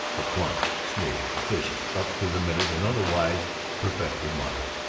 the plump, smooth, efficient, up-to-the-minute and otherwise perfected modern.